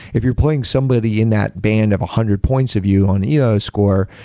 you're playing somebody in that band of a hundred points of you on the elo score,